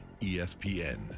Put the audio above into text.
ESPN